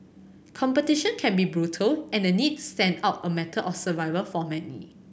competition can be brutal and the need stand out a matter of survival for many